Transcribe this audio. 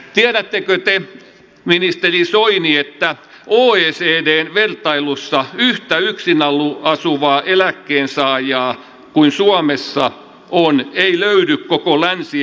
tiedättekö te ministeri soini että oecdn vertailussa yhtä köyhiä yksin asuvia eläkkeensaajia kuin suomessa on ei löydy koko länsi euroopasta